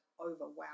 overwhelmed